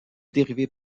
dérivées